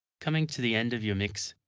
coming to the end of your mix,